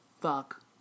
fuck